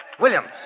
Williams